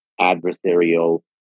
adversarial